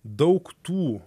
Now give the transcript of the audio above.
daug tų